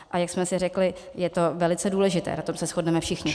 A jak jsme si řekli, je to velice důležité, na tom se shodneme všichni.